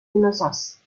innocence